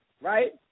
right